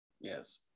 Yes